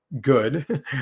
good